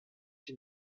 den